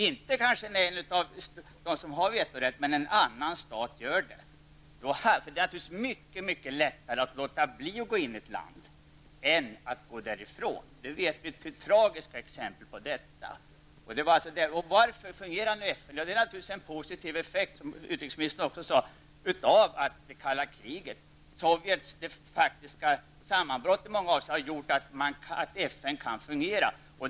Det kanske inte gäller en stat som har vetorätten, men en annan stat. Det är naturligtvis mycket lättare att låta bli att gå in i ett land än att gå därifrån. Vi känner tragiska exempel på det. Varför fungerar nu FN? Det är naturligtvis en positiv effekt, som också utrikesministern sade, av att det kalla kriget har upphört. Det faktiska sammanbrottet av Sovjet har gjort att FN kan fungera.